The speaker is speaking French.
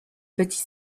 petit